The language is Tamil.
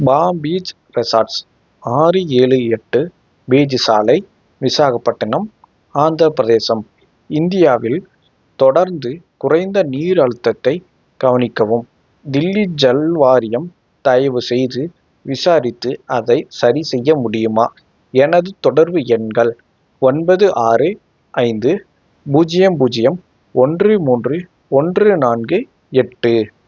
பாம் பீச் ரெசார்ட்ஸ் ஆறு ஏழு எட்டு பீச்சு சாலை விசாகப்பட்டினம் ஆந்திரப் பிரதேசம் இந்தியாவில் தொடர்ந்து குறைந்த நீர் அழுத்தத்தைக் கவனிக்கவும் தில்லி ஜல் வாரியம் தயவுசெய்து விசாரித்து அதை சரிசெய்ய முடியுமா எனது தொடர்பு எண்கள் ஒன்பது ஆறு ஐந்து பூஜ்ஜியம் பூஜ்ஜியம் ஒன்று மூன்று ஒன்று நான்கு எட்டு